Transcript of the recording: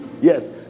yes